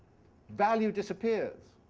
value disappears,